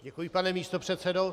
Děkuji, pane místopředsedo.